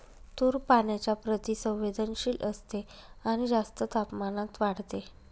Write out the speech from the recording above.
तूर पाण्याच्या प्रति संवेदनशील असते आणि जास्त तापमानात वाढते